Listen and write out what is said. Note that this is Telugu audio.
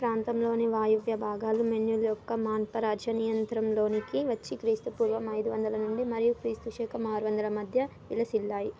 ఈ ప్రాంతంలోని వాయువ్య భాగాలు మోన్యుల్ యొక్క మన్ప రాజ్య నియంత్రణలోనికి వచ్చి క్రీస్తు పూర్వం ఐదు వందల నుండి మరియు క్రీస్తు శకం ఆరు వందల మధ్య విలసిల్లాయి